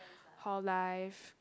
hall life